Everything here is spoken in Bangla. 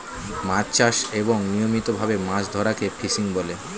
মাছ চাষ এবং নিয়মিত ভাবে মাছ ধরাকে ফিশিং বলে